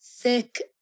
thick